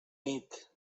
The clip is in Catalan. nit